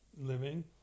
living